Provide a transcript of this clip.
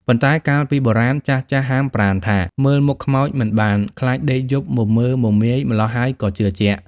ប៉ុន្តែកាលពីបុរាណចាស់ៗហាមប្រាមថា មើលមុខខ្មោចមិនបានខ្លាចដេកយប់មមើមមាយ ម្លោះហើយក៏ជឿជាក់។